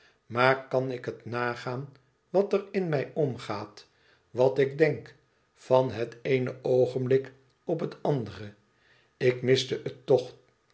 maar kan ik het nagaan wat er in mij omgaat wat ik denk van het eeneoogenblik op het andere ik miste het toch